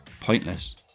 pointless